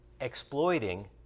Exploiting